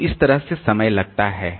तो इस तरह से समय लगता है